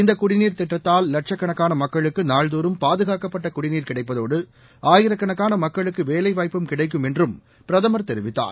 இந்தக் குடிநீர் திட்டத்தால் லட்சக்கணக்கான மக்களுக்கு நாள்தோறும் பாதுகாக்கப்பட்ட குடிநீர் கிடைப்பதோடு ஆயிரக்கணக்கான மக்களுக்கு வேலைவாய்ப்பும் கிடைக்கும் என்றும் பிரதமர் தெரிவித்தார்